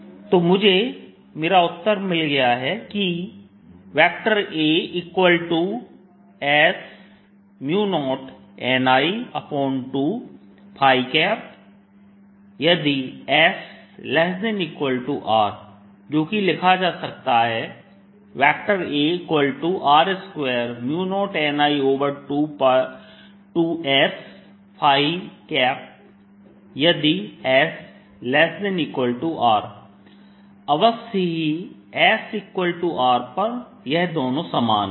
A2πsπs2Bπs20nI As0nI2s≤R तो मुझे मेरा अंतिम उत्तर मिल गया है कि As0nI2 यदि s≤R जोकि लिखा जा सकता है AR20nI2sयदि s≤R अवश्य ही sR पर यह दोनों समान है